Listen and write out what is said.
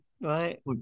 right